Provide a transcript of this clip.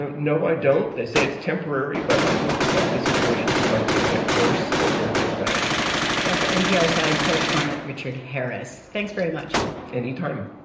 no, i don't. they say it's temporary, but it looks like the situation is likely to get worse before it gets better that's npr's science correspondent richard harris. thanks very much anytime